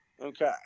Okay